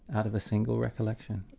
out of a single recollection.